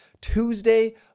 Tuesday